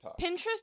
Pinterest